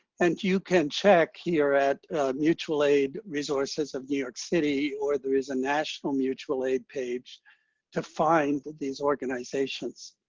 and you can check here at mutual aid resources of new york city or there is a national mutual aid page to find that these organizations.